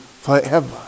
forever